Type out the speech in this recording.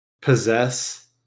possess